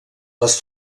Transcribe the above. les